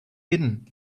hidden